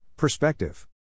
Perspective